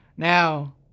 Now